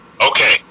Okay